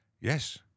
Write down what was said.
yes